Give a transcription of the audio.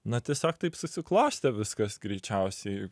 na tiesiog taip susiklostė viskas greičiausiai